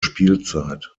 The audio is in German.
spielzeit